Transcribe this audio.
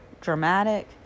dramatic